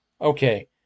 okay